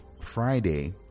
Friday